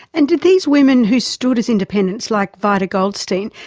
and did these women who stood as independents, like vida goldstein,